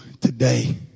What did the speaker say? today